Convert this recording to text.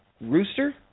rooster